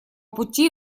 пути